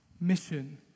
Mission